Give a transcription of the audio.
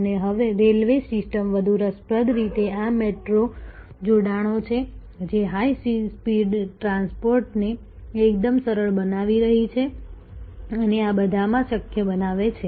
અને railway system વધુ રસપ્રદ રીતે આ મેટ્રો જોડાણો છે જે હાઈ સ્પીડ ટ્રાન્સપોર્ટને એકદમ સરળ બનાવી રહી છે અને આ બધામાં શક્ય બનાવે છે